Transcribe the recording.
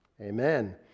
Amen